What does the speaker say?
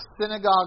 synagogue